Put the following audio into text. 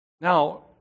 Now